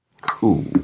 Cool